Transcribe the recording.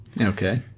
Okay